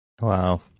Wow